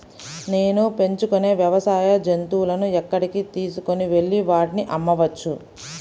నేను పెంచుకొనే వ్యవసాయ జంతువులను ఎక్కడికి తీసుకొనివెళ్ళి వాటిని అమ్మవచ్చు?